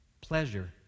pleasure